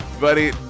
Buddy